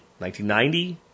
1990